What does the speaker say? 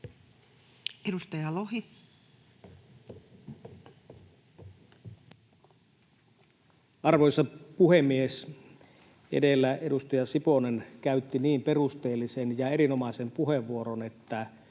Content: Arvoisa puhemies! Edellä edustaja Siponen käytti niin perusteellisen ja erinomaisen puheenvuoron, että